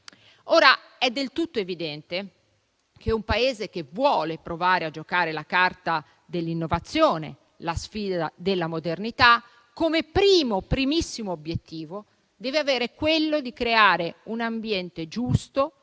È del tutto evidente che un Paese che vuole provare a giocare la carta dell'innovazione e la sfida della modernità, come primissimo obiettivo deve avere quello di creare un ambiente giusto